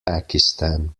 pakistan